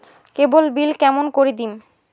কেবল bill কেমন করি দিম?